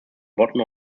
bottom